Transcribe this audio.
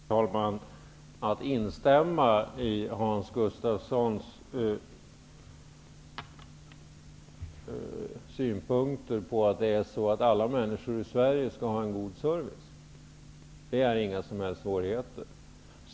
Herr talman! Att instämma i Hans Gustafssons synpunkter, dvs. att alla människor i Sverige skall ha en god service, är inte förenat med några som helst svårigheter.